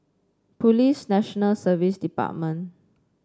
Police National Service Department